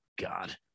God